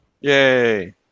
Yay